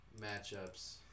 matchups